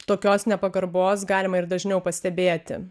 tokios nepagarbos galima ir dažniau pastebėti